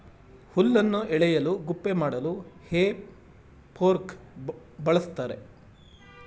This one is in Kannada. ಹುಲ್ಲನ್ನು ಎಳೆಯಲು ಗುಪ್ಪೆ ಮಾಡಲು ಹೇ ಫೋರ್ಕ್ ಬಳ್ಸತ್ತರೆ